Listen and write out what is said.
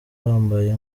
wambaye